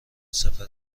سفر